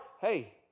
Hey